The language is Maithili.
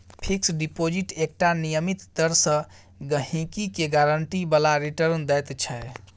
फिक्स डिपोजिट एकटा नियमित दर सँ गहिंकी केँ गारंटी बला रिटर्न दैत छै